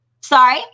Sorry